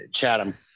Chatham